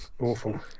awful